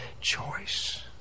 choice